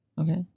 okay